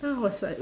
then I was like